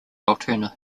altoona